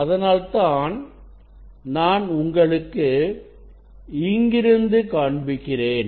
அதனால்தான் நான் உங்களுக்குக் இங்கிருந்து காண்பிக்கிறேன்